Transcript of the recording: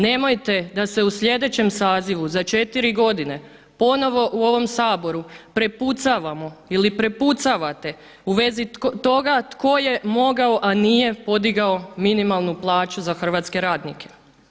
Nemojte da se u sljedećem sazivu za 4 godine ponovno u ovom Saboru prepucavamo ili prepucavate i vezi toga tko je mogao a nije podigao minimalnu plaću za hrvatske radnike.